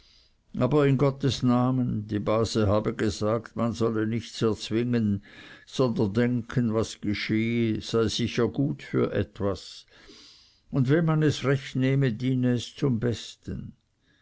aber in gottes namen die base habe gesagt man solle nichts erzwingen sondern denken was geschehe sei sicher gut für etwas und wenn man es recht nehme diene es zum besten